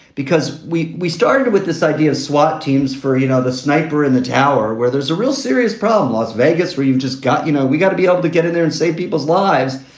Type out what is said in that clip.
because we we started with this idea of swat teams for, you know, the sniper in the tower where there's a real serious problem, las vegas, where you've just got you know, we've got to be able to get in there and save people's lives.